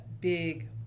big